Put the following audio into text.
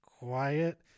quiet